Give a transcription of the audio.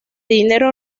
dinero